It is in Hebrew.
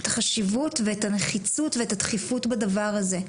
את החשיבות ואת הנחיצות ואת הדחיפות בדבר הזה.